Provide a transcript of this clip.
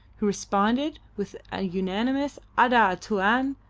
who responded with an unanimous ada! tuan!